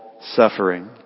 suffering